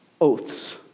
Oaths